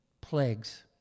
Plagues